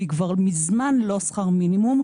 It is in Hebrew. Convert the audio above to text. והיא כבר מזמן לא שכר מינימום,